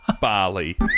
Bali